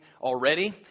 already